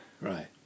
Right